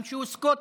גם כשהוא סקוטי,